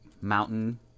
mountain